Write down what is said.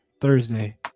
Thursday